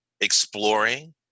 exploring